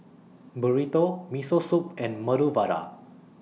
Burrito Miso Soup and Medu Vada